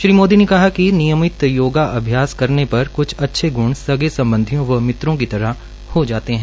श्री मोदी ने कहा कि नियमित योगा अभ्यास करने पर कुछ अच्छे गृण सगे संबंधियों व मित्रों की तरह हो जाते हैं